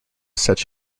such